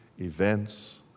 events